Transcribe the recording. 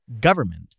government